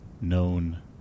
known